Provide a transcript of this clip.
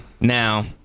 Now